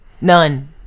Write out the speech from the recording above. None